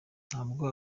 ntabwo